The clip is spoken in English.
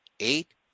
eight